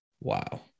Wow